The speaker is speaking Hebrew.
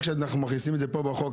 כשאנחנו מכניסים את זה בחוק,